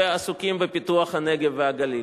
ועסוקים בפיתוח הנגב והגליל.